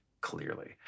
clearly